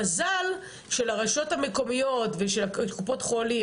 מזל שלרשויות המקומיות ושל הקופות חולים